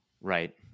Right